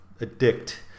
addict